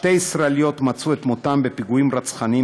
שתי ישראליות מצאו את מותן בפיגועים רצחניים